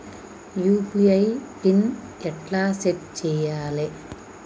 UPI PIN ఎట్లా set చేయాలే?